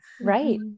Right